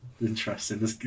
Interesting